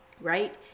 right